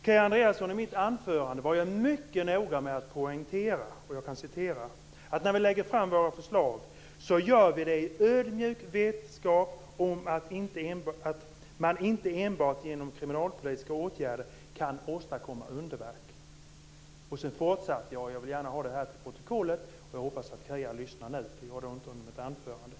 Kia Andreasson, i mitt anförande var jag mycket noga med att poängtera följande, och jag kan citera: "När vi lägger fram våra förslag så gör vi det i ödmjuk vetskap om att man inte enbart genom kriminalpolitiska åtgärder kan åstadkomma underverk." Sedan fortsatte jag, och detta vill jag gärna ha till protokollet. Jag hoppas att Kia lyssnar nu. Det gjorde hon inte under mitt anförande.